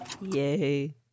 Yay